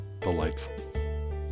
delightful